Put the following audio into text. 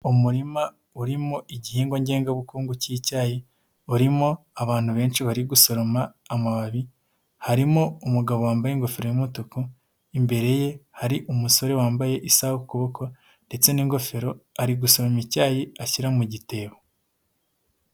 Umurima urimo igihingwa ngengabukungu k'icyayi urimo abantu benshi bari gusoroma amababi harimo umugabo wambaye ingofero y'umutuku imbere ye hari umusore wambaye isaha ku kuboko, ndetse n'ingofero ari gusoroma icyayi ashyira mu gitebo.